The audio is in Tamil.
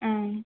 ம்